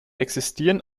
existieren